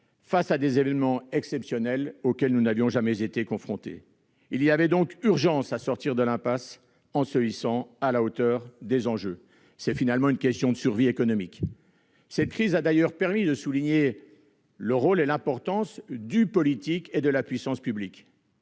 face à des événements exceptionnels, auxquels nous n'avions jamais été confrontés. Il y avait donc urgence à sortir de l'impasse en se hissant à la hauteur des enjeux : c'était une question de survie économique. Cette crise a d'ailleurs permis de souligner le rôle et l'importance du politique et de la puissance publique.